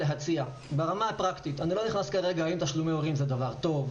אני לא נכנס כרגע אם תשלומי הורים זה דבר טוב,